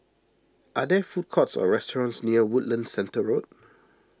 are there food courts or restaurants near Woodlands Centre Road